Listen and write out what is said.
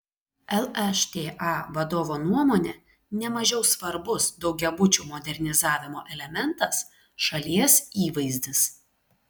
lšta vadovo nuomone ne mažiau svarbus daugiabučių modernizavimo elementas šalies įvaizdis